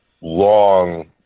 long